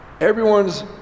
Everyone's